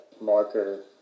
Marker